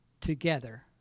together